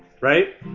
Right